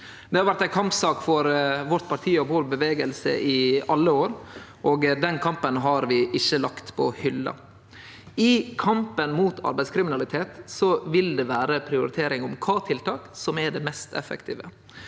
Det har vore ei kampsak for partiet vårt og bevegelsen vår i alle år, og den kampen har vi ikkje lagt på hylla. I kampen mot arbeidslivskriminalitet vil det vere ei prioritering av kva tiltak som er mest effektive.